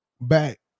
back